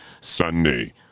Sunday